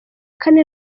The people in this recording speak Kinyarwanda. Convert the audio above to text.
kane